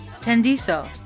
Tendiso